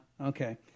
okay